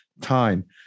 time